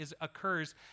occurs